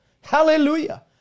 hallelujah